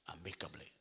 amicably